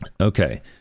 Okay